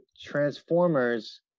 Transformers